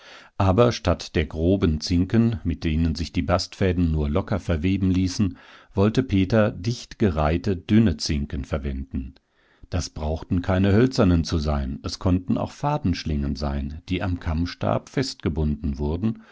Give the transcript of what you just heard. aber statt der groben zinken mit denen sich die bastfäden nur locker verweben ließen wollte peter dicht gereihte dünne zinken verwenden das brauchten keine hölzernen zu sein es konnten auch fadenschlingen sein die am kammstab festgebunden wurden